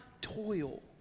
toil